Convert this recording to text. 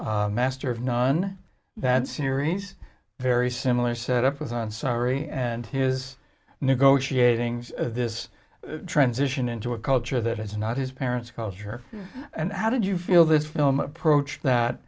seeing master of none that series very similar set up with ansari and his negotiating this transition into a culture that it's not his parents culture and how did you feel this film approach that